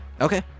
Okay